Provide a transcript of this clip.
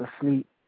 asleep